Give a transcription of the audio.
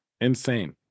Insane